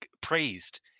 praised